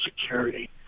Security